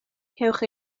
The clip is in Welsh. cewch